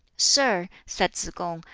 sir, said tsz-kung,